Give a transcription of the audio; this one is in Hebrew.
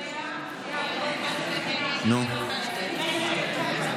חבר הכנסת מיכאל מרדכי ביטון כאן?